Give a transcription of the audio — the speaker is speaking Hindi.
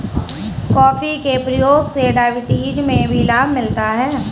कॉफी के प्रयोग से डायबिटीज में भी लाभ मिलता है